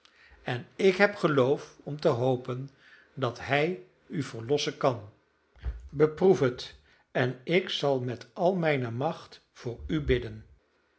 en ik heb geloof om te hopen dat hij u verlossen kan beproef het en ik zal met al mijne macht voor u bidden